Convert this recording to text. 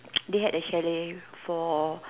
they had a chalet for